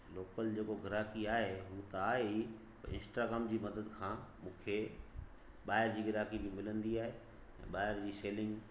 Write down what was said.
local जेको ग्राहकी आहे उहा त आहे ई इंस्टाग्राम जी मदद खां मूंखे ॿाहिरि जि ग्राहकी भी मिलंदी आहे ॿाहिरि जी सैलिंग